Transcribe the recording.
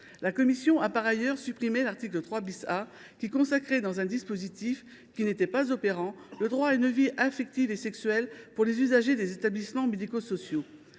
Elle a par ailleurs supprimé l’article 3 A, qui consacrait dans un dispositif qui n’était pas opérant le droit à une vie affective et sexuelle pour les usagers des établissements médico sociaux.